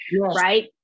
right